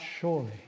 surely